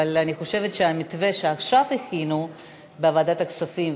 אבל אני חושבת שהמתווה שהכינו עכשיו בוועדת הכספים,